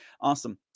awesome